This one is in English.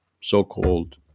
so-called